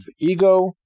ego